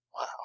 Wow